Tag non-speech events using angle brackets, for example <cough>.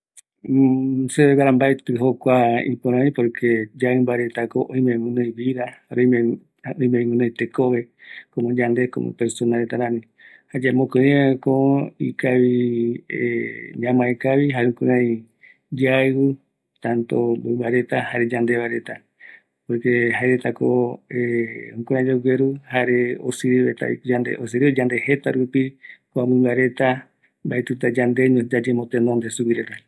<hesitation> Se veguara mbaeti jokua iporavi, porque yaimba retako oime guinoi vida, jar oimevi, jare oimevi guinoi tekove, yande komo persona reta rami, jayae mokoi reveko ikavi <hesitation> ñamaekavi jare jukurai yaiu tanto mimba reta jare yandeva reta, porque jaeretako <hesitation> jukurai yogueru, jare osirivetrravi, osirive yande jera rupi kua mimba reta, mbaetita yandeño yayembotenonde suguireta